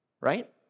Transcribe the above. right